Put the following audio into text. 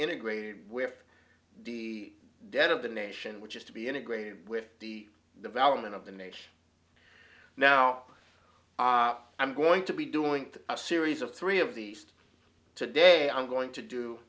integrated where the debt of the nation which is to be integrated with the development of the nation now i'm going to be doing a series of three of the east today i'm going to do